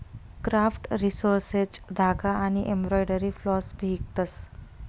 craft resources धागा आनी embroidery floss भी इकतस